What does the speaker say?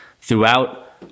throughout